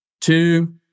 Two